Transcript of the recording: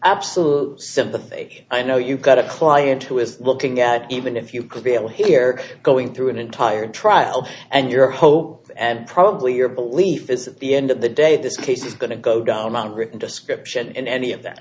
absolute sympathy i know you've got a client who is looking at even if you could be able here going through an entire trial and your hope and probably your belief is at the end of the day this case is going to go down on written description and any of that